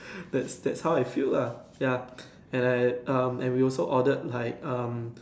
that that's how I feel lah ya and I um and we also ordered like um